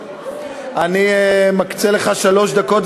אני מקצה לך שלוש דקות,